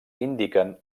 indiquen